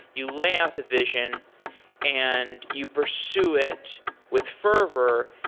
you lay out the vision and you pursue it with fervor,